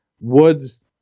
Woods